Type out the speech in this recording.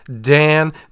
dan